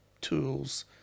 tools